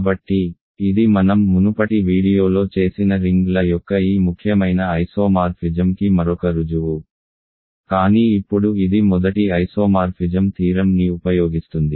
కాబట్టి ఇది మనం మునుపటి వీడియోలో చేసిన రింగ్ల యొక్క ఈ ముఖ్యమైన ఐసోమార్ఫిజమ్కి మరొక రుజువు కానీ ఇప్పుడు ఇది మొదటి ఐసోమార్ఫిజం థీరమ్ ని ఉపయోగిస్తుంది